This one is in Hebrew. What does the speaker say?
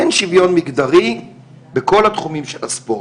אין שיוויון מגדרי בכל התחומים של הספורט.